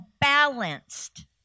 balanced